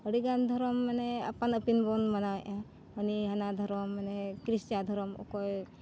ᱟᱹᱰᱤ ᱜᱟᱱ ᱫᱷᱚᱨᱚᱢ ᱢᱟᱱᱮ ᱟᱯᱟᱱ ᱟᱹᱯᱤᱱ ᱵᱚᱱ ᱢᱟᱱᱟᱣᱮᱜᱼᱟ ᱩᱱᱤ ᱦᱟᱱᱟ ᱫᱷᱚᱨᱚᱢ ᱢᱟᱱᱮ ᱠᱷᱨᱤᱥᱴᱟᱱ ᱫᱷᱚᱨᱚᱢ ᱚᱠᱚᱭ